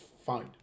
Fine